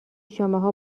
شماها